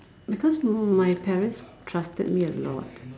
because know my parents trusted me a lot